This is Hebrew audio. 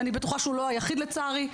ואני בטוחה שהוא לא היחיד לצערי,